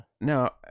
Now